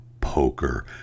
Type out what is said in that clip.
poker